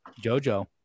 Jojo